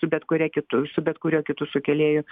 su bet kuria kitu su bet kuriuo kitu sukėlėju